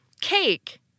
Cake